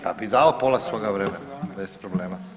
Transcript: Ja bi dao pola svoga vremena bez problema.